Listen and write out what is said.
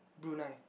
Brunei